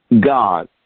God